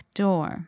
door